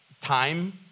time